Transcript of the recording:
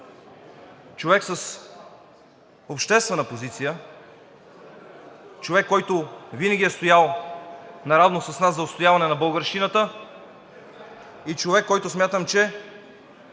човек с обществена позиция, човек, който винаги е стоял наравно с нас за отстояване на българщината, и човек, който смятам, че